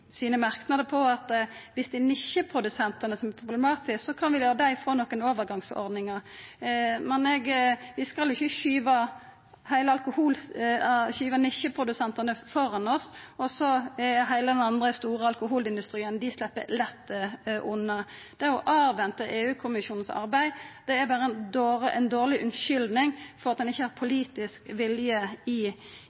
sine merknader på at om det er nisjeprodusentane som er problematiske, kan vi la dei få nokre overgangsordningar. Men vi skal jo ikkje skuva nisjeprodusentane føre oss og la resten av den store alkoholindustrien sleppa lett unna. Det å venta på EU-kommisjonens arbeid er berre ei dårleg unnskyldning for at ein ikkje har